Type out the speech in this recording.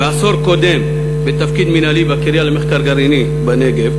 ועשור קודם בתפקיד מינהלי בקריה למחקר גרעיני בנגב,